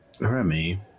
Remy